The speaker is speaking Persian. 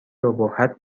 ابهت